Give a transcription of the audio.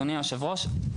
אדוני היושב-ראש,